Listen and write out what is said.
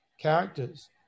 characters